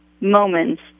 moments